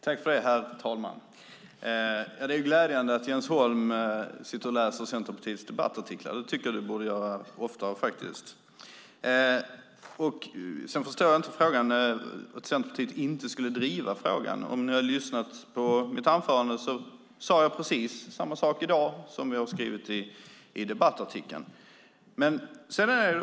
Herr talman! Det gläder mig att Jens Holm läser Centerpartiets debattartiklar. Det borde han göra oftare. Jag förstår inte frågan. Skulle Centerpartiet inte driva detta? I mitt anförande sade jag precis samma sak som jag skrev i debattartikeln.